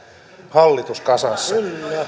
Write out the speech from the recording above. hallitus kasassa